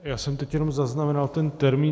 Já jsem teď jenom zaznamenal ten termín.